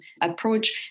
approach